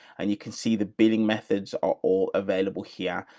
and you can see the bidding methods are all available here.